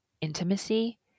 intimacy